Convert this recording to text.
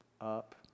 up